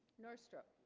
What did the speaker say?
north stroke